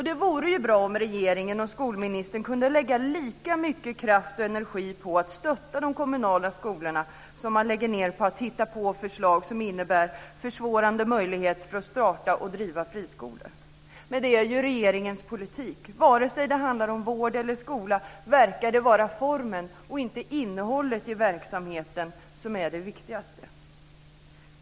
Det vore bra om regeringen och skolministern kunde lägga lika mycket kraft och energi på att stötta de kommunala skolorna som man lägger ned på att hitta på förslag som innebär försvårande för att starta och driva friskolor. Men det är ju regeringens politik. Vare sig det handlar om vård eller skola verkar det vara formen och inte innehållet i verksamheten som är det viktigaste.